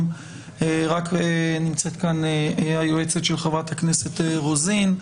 היום ונמצאת כאן רק היועצת של חברת הכנסת רוזין.